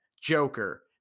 Joker